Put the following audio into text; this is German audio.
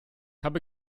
habe